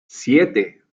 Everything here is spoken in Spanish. siete